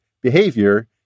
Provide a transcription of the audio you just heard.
behavior